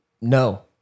no